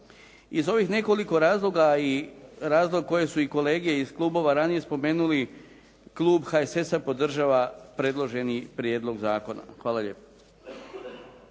Iz ovih nekoliko razloga i razloga koje su i kolege iz klubova ranije spomenuli, klub HSS-a podržava predloženi prijedlog zakona. Hvala lijepo.